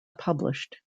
published